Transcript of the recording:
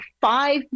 five